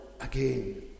again